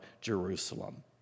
Jerusalem